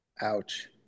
Ouch